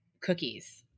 cookies